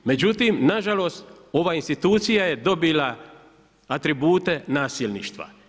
Međutim, nažalost, ova institucija je dobila atribute nasilništva.